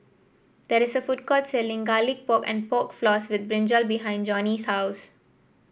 there is a food court selling Garlic Pork and Pork Floss with brinjal behind Johny's house